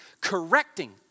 Correcting